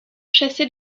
chasser